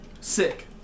Sick